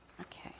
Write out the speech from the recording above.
Okay